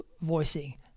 voicing